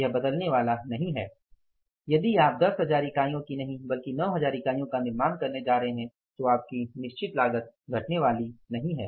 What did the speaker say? यह बदलने वाला नहीं है कि यदि आप १० हजार इकाइयाँ की नही बल्कि ९ हजार इकाइयाँ का निर्माण करने जा रहे हैं तो आपकी निश्चित लागत घटने वाली है नही